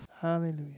Hallelujah